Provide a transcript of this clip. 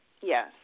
Yes